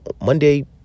Monday